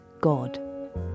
God